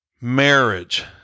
marriage